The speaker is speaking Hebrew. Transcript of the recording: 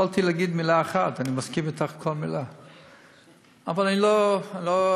יכולתי להגיד מילה אחת: אני מסכים אתך, כל מילה.